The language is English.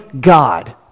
God